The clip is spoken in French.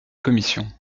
commission